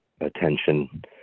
attention